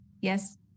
Yes